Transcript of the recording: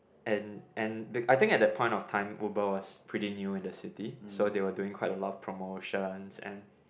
and and I think at the point of time Uber was pretty new in the city so they were doing quite a lot promotions and